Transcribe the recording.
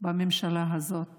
בממשלה הזאת